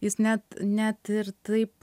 jis net net ir taip